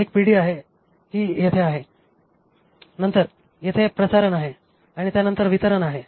एक पिढी आहे ही येथे आहे पिढी आहे नंतर येथे प्रसारण आहे आणि नंतर येथे वितरण आहे